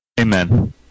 Amen